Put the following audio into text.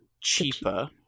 cheaper